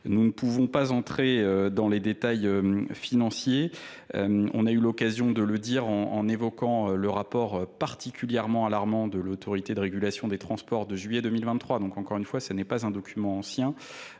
nous ne pouvons pas entrer dans les détails financiers on a eut l'occasion de le dire en évoquant le rapport particulièrement alarmant de l'autorité de régulation des transports de juillet deux mille vingt trois donc encore une fois ce n'est pas un document ancien